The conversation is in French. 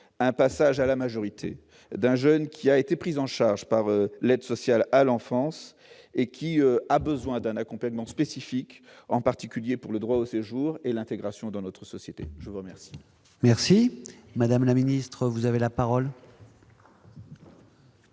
le passage à la majorité d'un jeune qui a été pris en charge par l'aide sociale à l'enfance et a besoin d'un accompagnement spécifique, en particulier pour le droit au séjour et l'intégration dans notre société ? La parole est à Mme la garde des sceaux.